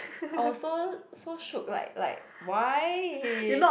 orh so so like like why